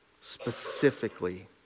specifically